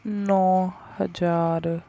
ਨੌ ਹਜ਼ਾਰ